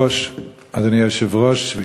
אדוני היושב-ראש,